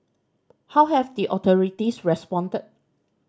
how have the authorities responded